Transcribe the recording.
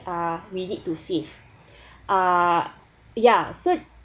ah we need to save ah yeah so